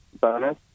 bonus